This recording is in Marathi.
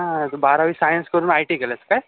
हां बारावी सायन्स करून आय टी केलं आहेस काय